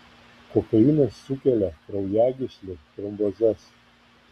kokainas sukelia kraujagyslių trombozes